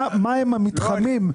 מה הם המתחמים.